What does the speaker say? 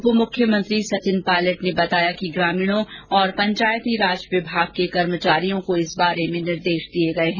उप मुख्यमंत्री सचिन पायलट ने बताया कि ग्रामीणों और पंचायती राज विभाग के कर्मचारियों को इसके लिए निर्देश दिए गए है